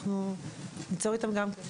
אנחנו ניצור איתם קשר.